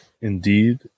Indeed